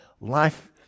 Life